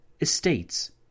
estates